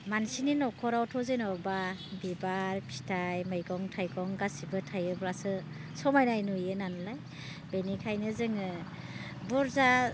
मानसिनि नखरावथ' जेनेबा बिबार फिथाइ मैगं थाइंग गासिबो थायोब्लासो समायनाय नुयो नालाय बेनिखायनो जोङो बुरजा